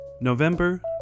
November